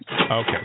Okay